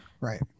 Right